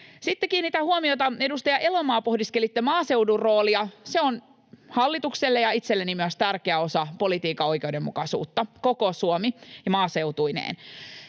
Sitten kiinnitän huomiota, edustaja Elomaa, kun pohdiskelitte maaseudun roolia: Se on hallitukselle ja myös itselleni tärkeä osa politiikan oikeudenmukaisuutta, koko Suomi maaseutuineen.